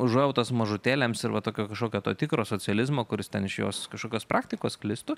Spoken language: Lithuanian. užuojautos mažutėliams ir va tokio kažkokio to tikro socializmo kuris ten iš jos kažkokios praktikos sklistų